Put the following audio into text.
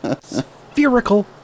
Spherical